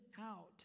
out